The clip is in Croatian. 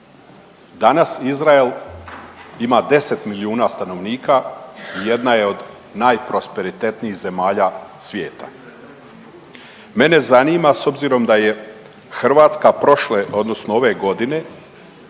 Danas Izrael ima 10 milijuna stanovnika i jedna je od najprosperitetnijih zemalja svijeta. Mene zanima s obzirom da je Hrvatska prošle odnosno ove godine